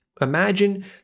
Imagine